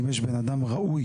אם יש בן אדם ראוי,